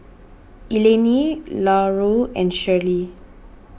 Eleni Larue and Shirlee